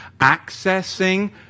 accessing